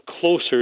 closer